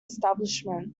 establishment